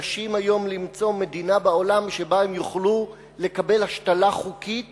מתקשים היום למצוא מדינה בעולם שבה הם יוכלו לקבל השתלה חוקית,